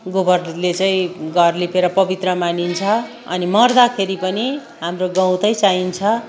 गोबरले चाहिँ घर लिपेर पवित्र मानिन्छ अनि मर्दाखेरि पनि हाम्रो गउँतै चाहिन्छ